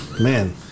Man